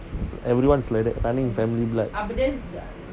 everyone is like that run in the family blood